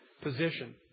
position